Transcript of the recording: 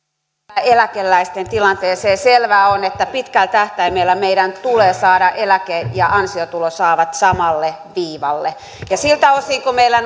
vielä eläkeläisten tilanteeseen selvää on että pitkällä tähtäimellä meidän tulee saada eläke ja ansiotuloa saavat samalle viivalle ja siltä osin kun meillä